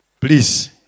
Please